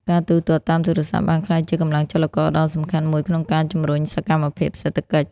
ការទូទាត់តាមទូរស័ព្ទ បានក្លាយជាកម្លាំងចលករដ៏សំខាន់មួយក្នុងការជំរុញសកម្មភាពសេដ្ឋកិច្ច។